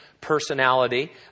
personality